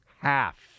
half